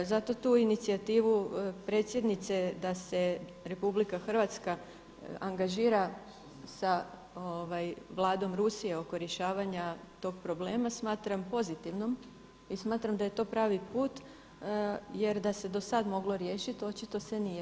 Zato tu inicijativu predsjednice da se RH angažira sa Vladom Rusije oko rješavanja tog problema smatram pozitivnom i smatram da je to pravi put, jer da se do sad moglo riješiti, očito se nije.